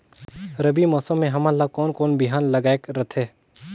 रबी मौसम मे हमन ला कोन कोन बिहान लगायेक रथे?